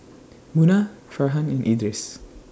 Munah Farhan and Idris